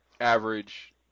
average